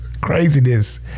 craziness